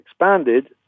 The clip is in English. expanded